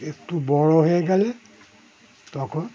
একটু বড়ো হয়ে গেলে তখন